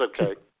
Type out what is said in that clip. okay